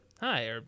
hi